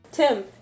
Tim